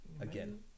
again